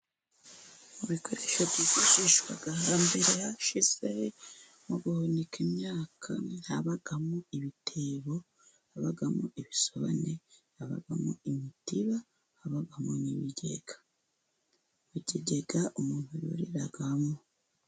Mu bikoresho byifashishwaga hambere hashize mu guhunika imyaka, habagamo ibitebo, habagamo ibisobane, habagamo imitiba, habagamo n'ibigega. Mu kigega umuntu yuriragamo.